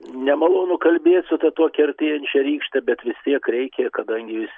nemalonu kalbėt su ta tokia artėjančia rykšte bet vis tiek reikia kadangi jūs